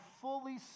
fully